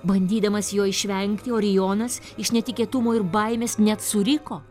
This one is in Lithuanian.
bandydamas jo išvengti orijonas iš netikėtumo ir baimės net suriko